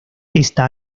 está